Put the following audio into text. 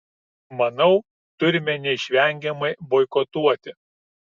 manau turime neišvengiamai boikotuoti